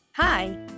Hi